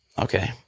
Okay